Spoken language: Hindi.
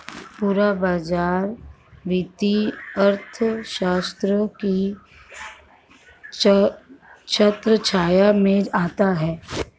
पूरा बाजार वित्तीय अर्थशास्त्र की छत्रछाया में आता है